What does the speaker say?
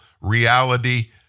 reality